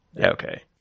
Okay